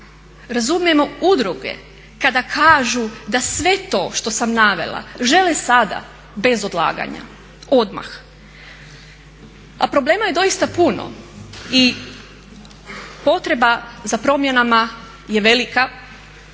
razumijemo udruge kada kažu da sve to što sam navela žele sada bez odlaganja, odmah. A problema je doista puno i potreba za promjenama je velika